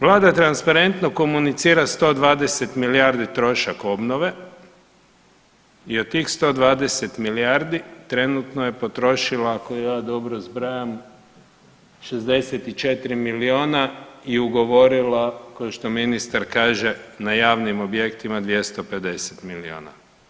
Vlada transparentno komunicira 120 milijardi trošak obnove i od tih 120 milijardi trenutno je potrošila, ako ja dobro zbrajam, 64 milijuna i ugovorila kao što ministar kaže, na javnim objektima 250 milijuna.